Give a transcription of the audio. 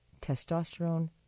testosterone